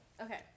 Okay